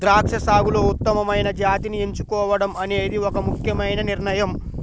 ద్రాక్ష సాగులో ఉత్తమమైన జాతిని ఎంచుకోవడం అనేది ఒక ముఖ్యమైన నిర్ణయం